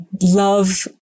love